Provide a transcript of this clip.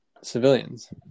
civilians